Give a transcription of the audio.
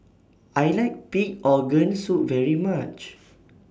I like Pig Organ Soup very much